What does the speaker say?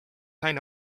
naine